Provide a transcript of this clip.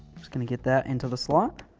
just going to get that into the slot.